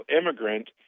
immigrant